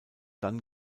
dann